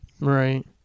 Right